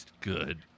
good